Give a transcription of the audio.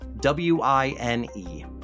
W-I-N-E